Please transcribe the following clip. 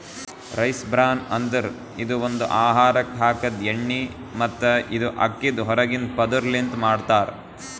rice bran ಅಂದುರ್ ಇದು ಒಂದು ಆಹಾರಕ್ ಹಾಕದ್ ಎಣ್ಣಿ ಮತ್ತ ಇದು ಅಕ್ಕಿದ್ ಹೊರಗಿಂದ ಪದುರ್ ಲಿಂತ್ ಮಾಡ್ತಾರ್